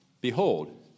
Behold